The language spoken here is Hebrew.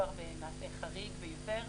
מדובר במעשה חריג ביותר.